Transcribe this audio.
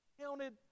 counted